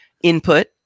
input